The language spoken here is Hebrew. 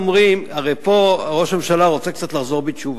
הרי פה ראש הממשלה רוצה קצת לחזור בתשובה,